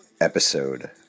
episode